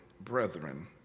brethren